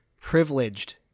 privileged